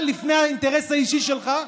הכללי לפני האינטרס האישי שלך,